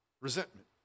Resentment